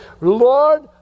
Lord